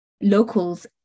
locals